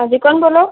હા જી કોણ બોલો